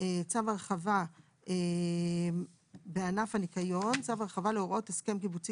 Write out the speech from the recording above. "צו הרחבה בענף הניקיון" צו הרחבה להוראות הסכם קיבוצי